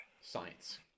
Science